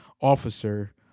officer